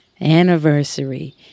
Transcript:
anniversary